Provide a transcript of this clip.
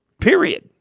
Period